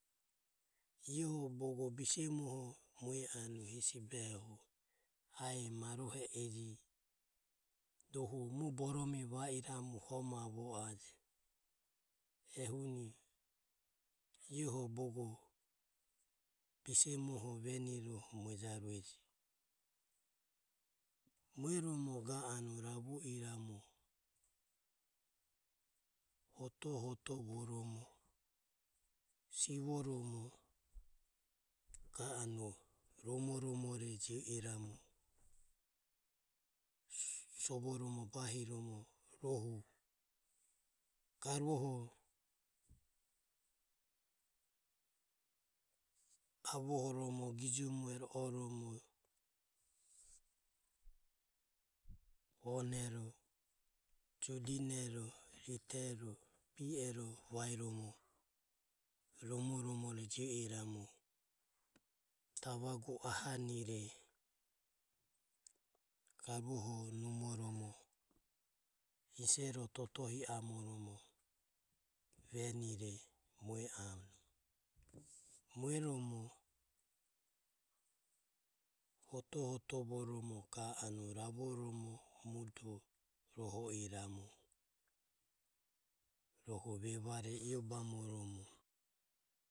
Iaeho bogo bisemuho mue anue hesi behoho ae bogo bise muoho je ero mueromo ga anue ravo iramu hotohoto voromo sivoromo ga anue romo romore jio iramu sovoromo bahiromo. Garuho avoho gijomuero oromo. onero ritero bi ero vaeromo romoromore jio iramu davagu ahanire garuho numoromo hisero totohi amoromo venire mue anue. Mueromo hoto hoto voromo ravoromo muduho iramu, rohu vevaro i o bamoromo.